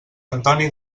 antoni